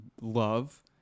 love